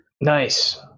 Nice